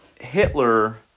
Hitler